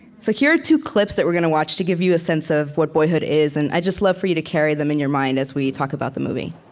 so here are two clips that we're gonna watch to give you a sense of what boyhood is, and i'd just love for you to carry them in your mind as we talk about the movie